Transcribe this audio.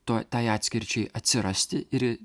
to tai atskirčiai atsirasti ir